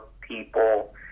people